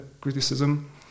criticism